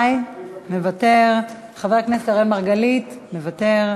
מוותר, חבר הכנסת אראל מרגלית מוותר.